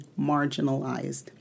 marginalized